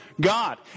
God